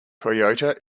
toyota